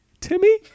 Timmy